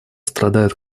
страдают